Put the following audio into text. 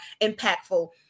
impactful